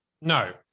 No